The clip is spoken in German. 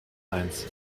eins